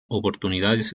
oportunidades